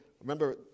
remember